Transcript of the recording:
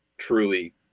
Truly